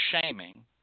shaming